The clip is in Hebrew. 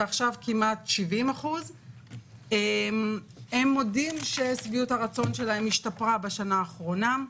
ועכשיו כמעט 70%. הם מודים ששביעות הרצון שלהם השתפרה בשנה האחרונה.